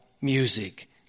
music